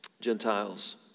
Gentiles